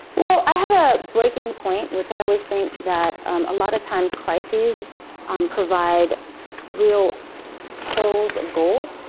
well, i had a breaking point, which i always think that um a lot of times crises um provide real pearls of gold,